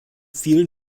vielen